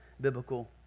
biblical